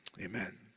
Amen